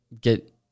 get